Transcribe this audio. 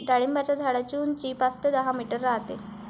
डाळिंबाच्या झाडाची उंची पाच ते दहा मीटर राहते